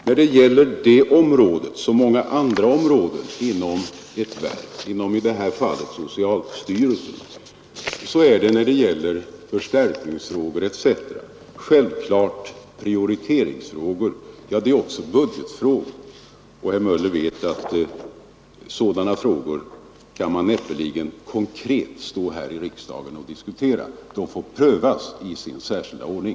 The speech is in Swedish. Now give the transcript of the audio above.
När det gäller detta område, liksom många andra områden inom ett verk — i det här fallet socialstyrelsen — är förstärkningsfrågor etc. självfallet prioriteringsfrågor men också budgetfrågor, och herr Möller vet att man näppeligen konkret kan diskutera sådana frågor i riksdagen. De får prövas i särskild ordning.